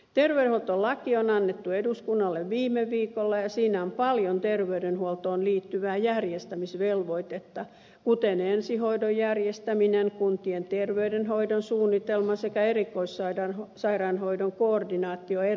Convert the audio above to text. terveydenhuoltolaki on annettu eduskunnalle viime viikolla ja siinä on paljon terveydenhuoltoon liittyvää järjestämisvelvoitetta kuten ensihoidon järjestäminen kuntien terveydenhoidon suunnitelma sekä erikoissairaanhoidon koordinaatio erva alueilla